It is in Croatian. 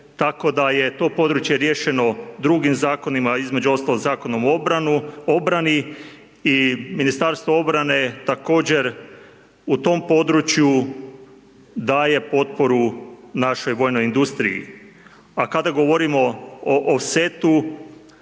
tako da je to područje riješeno drugim zakonima, između ostalog Zakonom o obrani i Ministarstvo obrane također u tom području daje potporu našoj vojnoj industriji. A kada govorimo o offsetu,